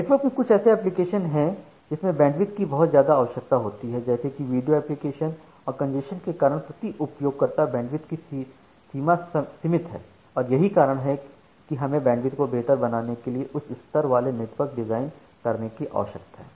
network में कुछ ऐसे एप्लीकेशनहोते हैं जिसमें बैंडविड्थ की बहुत ज्यादा आवश्यकता होती है जैसे कि वीडियो एप्लीकेशन और कंजेशन के कारण प्रति उपयोगकर्ता बैंडविड्थ की सीमा सीमित है और यही कारण है कि हमें बैंडविड्थ को बेहतर बनाने के लिए उच्च क्षमता वाले नेटवर्क डिजाइन करने की आवश्यकता है